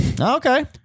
Okay